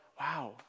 wow